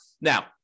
Now